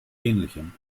ähnlichem